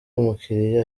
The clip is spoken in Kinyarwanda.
umukiliya